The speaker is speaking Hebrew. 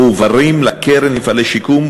מועברים לקרן למפעלי שיקום,